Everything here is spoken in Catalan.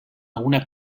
alguna